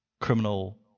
criminal